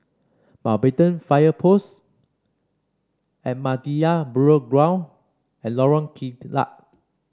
Mountbatten Fire Post Ahmadiyya Burial Ground and Lorong Kilat